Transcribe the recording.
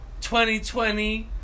2020